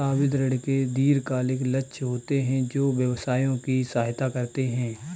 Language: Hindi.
सावधि ऋण के दीर्घकालिक लक्ष्य होते हैं जो व्यवसायों की सहायता करते हैं